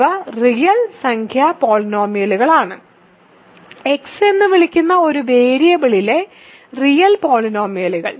ഇവ റിയൽ സംഖ്യ പോളിനോമിയലുകളാണ് എക്സ് എന്ന് വിളിക്കുന്ന ഒരു വേരിയബിളിലെ റിയൽ പോളിനോമിയലുകൾ